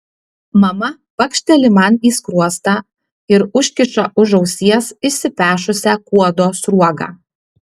mama pakšteli man į skruostą ir užkiša už ausies išsipešusią kuodo sruogą